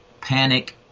Panic